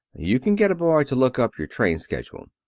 you can get a boy to look up your train schedule.